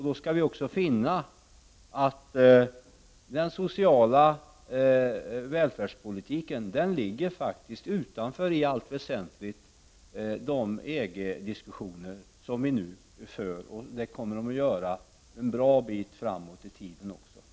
Då skall vi också finna att den sociala välfärdspolitiken i allt väsentligt ligger utanför de EG-diskussioner som vi nu för, och det kommer de att göra en bra bit framåt i tiden.